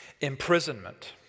Imprisonment